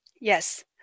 Yes